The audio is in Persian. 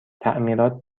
تعمیرات